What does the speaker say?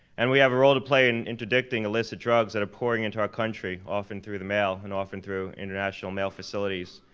and we have a role play in interdicting illicit drugs that are pouring into our country, often through the mail and often through international mail facilities.